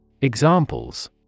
Examples